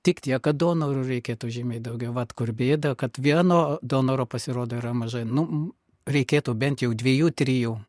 tik tiek kad donorų reikėtų žymiai daugiau vat kur bėda kad vieno donoro pasirodo yra mažai nu reikėtų bent jau dviejų trijų